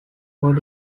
hood